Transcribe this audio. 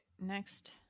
Next